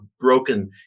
broken